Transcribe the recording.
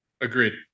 Agreed